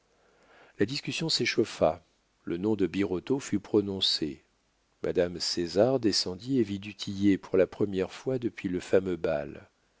la discussion s'échauffa le nom de birotteau fut prononcé madame césar descendit et vit du tillet pour la première fois depuis le fameux bal